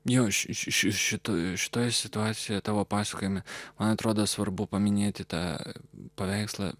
jo aš ir šitoje šitoje situacijoje tavo pasakojime man atrodo svarbu paminėti tą paveikslą